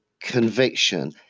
conviction